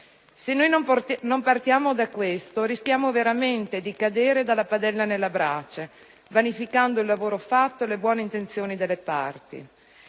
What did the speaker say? Se noi non partiamo da questo rischiamo veramente di cadere dalla padella nella brace, vanificando il lavoro fatto e le buone intenzioni delle parti,